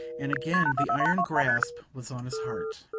and again the iron grasp was on his heart.